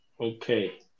Okay